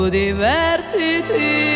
divertiti